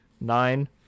nine